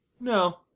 No